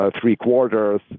three-quarters